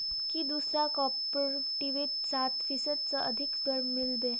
की दूसरा कॉपरेटिवत सात फीसद स अधिक दर मिल बे